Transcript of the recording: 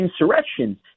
insurrection